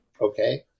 Okay